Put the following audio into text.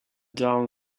down